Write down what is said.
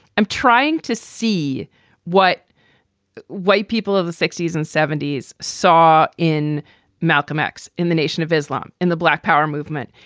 i'm trying to see what white people of the sixty s and seventy s saw in malcolm x in the nation of islam and the black power movement.